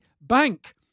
Bank